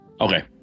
Okay